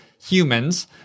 humans